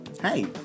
hey